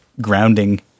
grounding